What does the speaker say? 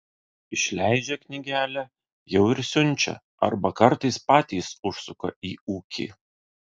išleidžia knygelę jau ir siunčia arba kartais patys užsuka į ūkį